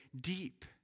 deep